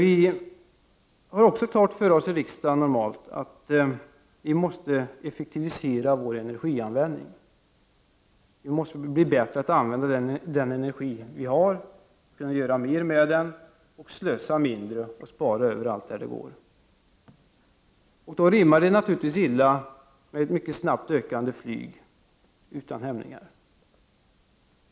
I riksdagen har man normalt klart för sig att vi måste effektivisera vår energianvändning och bli bättre på att använda den energi vi har för att göra mer av den, slösa mindre och spara överallt där det går. Det rimmar naturligtvis illa med ett mycket snabbt, utan hämningar ökande flyg.